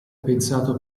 pensato